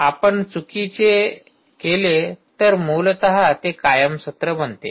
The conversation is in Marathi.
तर आपण ते चुकीचे केले तर मूलत ते कायम सत्र बनते